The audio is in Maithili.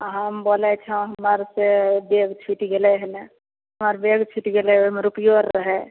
हम बोलै छो हमर जे बेग छुटि गेलै हन हमर बेग छुटि गेलै ओहिमे रुपैओ रहए